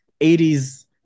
80s